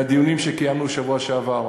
מהדיונים שקיימנו שבוע שעבר,